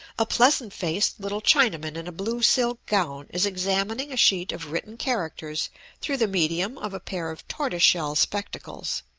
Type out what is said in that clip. a pleasant-faced little chinaman in a blue silk gown is examining a sheet of written characters through the medium of a pair of tortoise-shell spectacles.